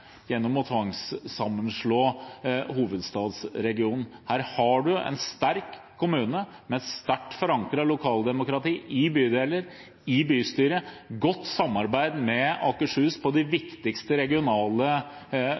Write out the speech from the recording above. gjennom å tvangssammenslå hovedstadsregionen. Her har man en sterk kommune med sterkt forankret lokaldemokrati i bydeler og bystyrer, og et godt samarbeid med Akershus på de viktigste regionale